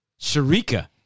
Sharika